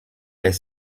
les